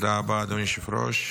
תודה רבה, אדוני היושב-ראש.